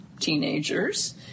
teenagers